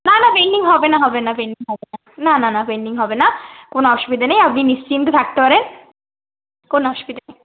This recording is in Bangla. না না পেনডিং হবে না হবে না পেনডিং হবে না না না না পেনডিং হবে না কোনো অসুবিধা নেই আপনি নিশ্চিন্তে থাকতে পারেন কোনো অসুবিধা